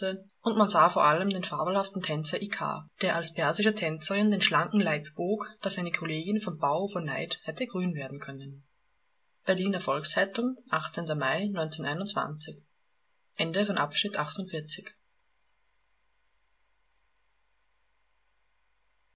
und man sah vor allem den fabelhaften tänzer ikar der als persische tänzerin den schlanken leib bog daß eine kollegin vom bau vor neid hätte grün werden können berliner volks-zeitung mai